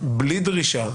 בלי דרישה,